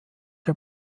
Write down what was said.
der